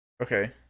Okay